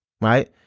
Right